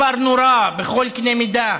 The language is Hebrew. מספר נורא בכל קנה מידה.